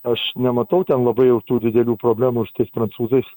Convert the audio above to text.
aš nematau ten labai jau tų didelių problemų su tais prancūzais